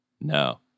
No